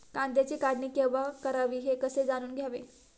कांद्याची काढणी केव्हा करावी हे कसे जाणून घ्यावे?